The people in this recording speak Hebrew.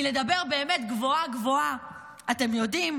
כי לדבר גבוהה-גבוהה אתם יודעים,